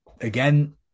again